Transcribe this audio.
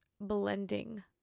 blending